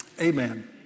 Amen